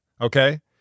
okay